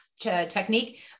technique